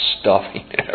stuffing